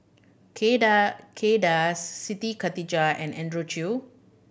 Kay Kay Das Siti Khalijah and Andrew Chew